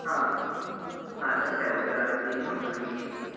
हां हां सर त्याबद्दल आमची कंपनी